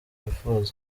wifuza